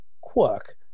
quirk